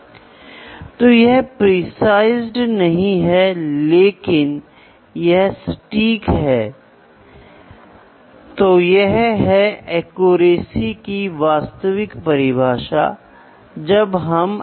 यदि आपके चर को मापा जाना है तो आपके पास एक मापने वाला उपकरण होना चाहिए जो उच्चतम सटीकता के लिए मापता है और फिर उस डेटा को कंट्रोल को दिया जाता है ताकि कंट्रोल वस्तु के कामकाज को नियंत्रित करने की कोशिश करे